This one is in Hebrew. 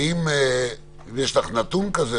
האם יש לך נתון כזה